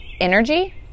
energy